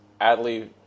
Adley